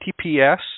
HTTPS